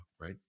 right